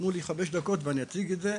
תנו חמש דקות ואציג את זה.